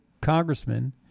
congressman